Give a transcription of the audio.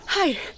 Hi